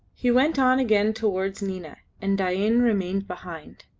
he went on again towards nina, and dain remained behind.